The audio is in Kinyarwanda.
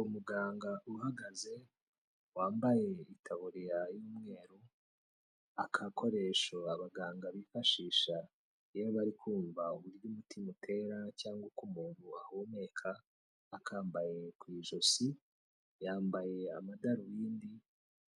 Umuganga uhagaze wambaye itaburiya y'umweru, agakoresho abaganga bifashisha iyo bari kumva uburyo umutima utera cyangwa uko umuntu ahumeka, akambaye ku ijosi, yambaye amadarubindi